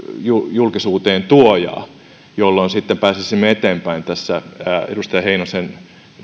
julkisuuteen tuojaa jolloin pääsisimme eteenpäin tässä edustaja heinosen